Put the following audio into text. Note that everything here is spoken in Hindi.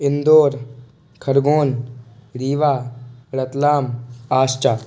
इंदौर खरगोन रीवा रतलाम आश्चा